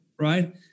right